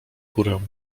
górę